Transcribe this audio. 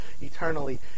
eternally